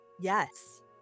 Yes